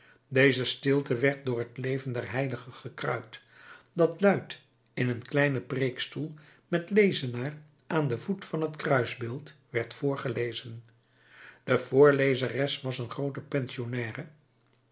deze stilte werd door het leven der heiligen gekruid dat luid in een kleinen preekstoel met lezenaar aan den voet van het kruisbeeld werd voorgelezen de voorlezeres was een groote